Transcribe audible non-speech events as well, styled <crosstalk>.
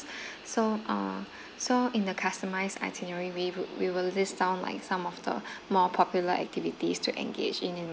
<breath> so err so in the customized itinerary we would we will list down like some of the <breath> more popular activities to engage in in